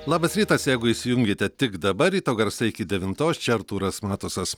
labas rytas jeigu įsijungėte tik dabar ryto garsai iki devintos čia artūras matusas